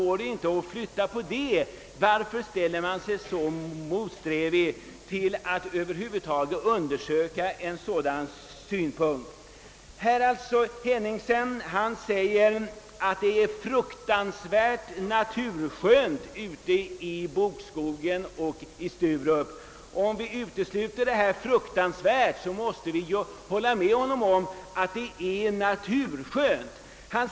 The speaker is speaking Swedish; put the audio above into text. Varför är man så motsträvig mot att över huvud taget undersöka en sådan möjlighet? i | Herr Henningsson sade att det är »fruktansvärt naturskönt» i bokskogen i Sturup. Om vi utesluter ordet fruktansvärt måste vi hålla med om att där är naturskönt.